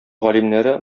галимнәре